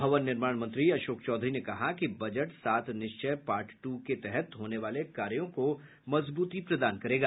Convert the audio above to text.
भवन निर्माण मंत्री अशोक चौधरी ने कहा कि बजट सात निश्चय पार्ट टू के तहत होने वाले कार्यों को मजबूती प्रदान करेगा